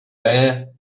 there